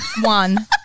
one